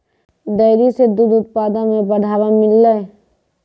dairy सें दूध उत्पादन म बढ़ावा मिललय